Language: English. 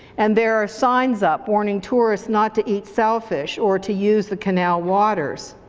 and there are signs up warning tourists not to eat shellfish or to use the canal waters.